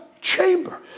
chamber